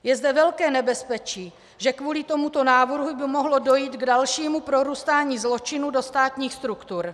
Je zde velké nebezpečí, že kvůli tomuto návrhu by mohlo dojít k dalšímu prorůstání zločinu do státních struktur.